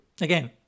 Again